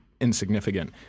insignificant